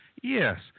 Yes